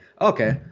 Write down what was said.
okay